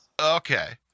Okay